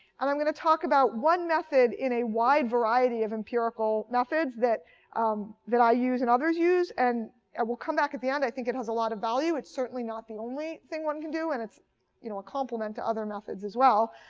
and i'm going to talk about one method in a wide variety of empirical methods that um that i use and others use, and we'll come back at the end. i think it has a lot of value. it's certainly not the only thing one can do, and it's you know a complement to other methods as well.